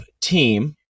team